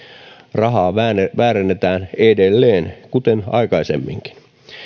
rahaa väärennetään edelleen kuten aikaisemminkin